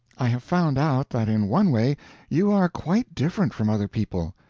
i have found out that in one way you are quite different from other people.